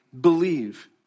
believe